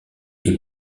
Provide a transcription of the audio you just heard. est